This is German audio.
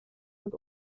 und